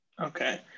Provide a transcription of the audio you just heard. Okay